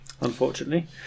unfortunately